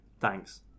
Thanks